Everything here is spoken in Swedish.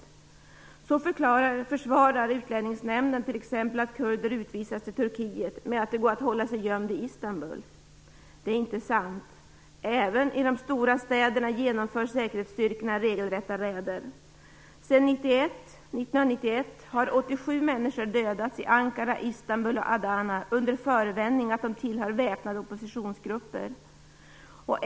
T.ex. försvarar Utlänningsnämnden att kurder utvisas till Turkiet med att det går att hålla sig gömd i Istanbul. Det är inte sant. Även i de stora städerna genomför säkerhetsstyrkorna regelrätta räder. Sedan 1991 har 87 människor dödats i Ankara, Istanbul och Adana under förevändningen att de tillhört väpnade oppositionsgrupper.